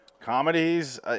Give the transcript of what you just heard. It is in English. comedies